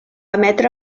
emetre